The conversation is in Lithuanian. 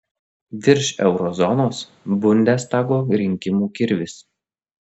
virš euro zonos bundestago rinkimų kirvis